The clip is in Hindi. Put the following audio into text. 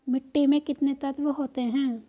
मिट्टी में कितने तत्व होते हैं?